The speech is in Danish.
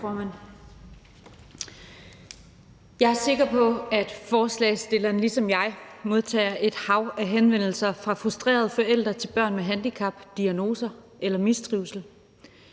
Jeg er sikker på, at ordføreren for forslagsstillerne ligesom mig modtager et hav af henvendelser fra frustrerede forældre til børn med handicap, diagnoser eller mistrivsel.